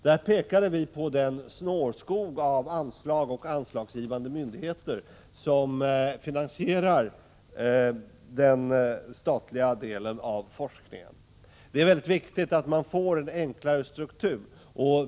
Vi pekade då på den snårskog av anslag och anslagsgivande myndigheter som finansierar den statliga delen av forskningen. Det är mycket viktigt att man får en enklare struktur.